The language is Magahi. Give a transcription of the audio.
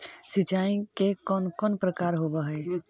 सिंचाई के कौन कौन प्रकार होव हइ?